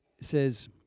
says